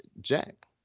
Jack